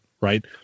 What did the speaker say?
right